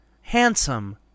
Handsome